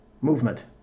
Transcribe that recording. movement